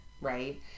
right